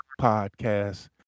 podcast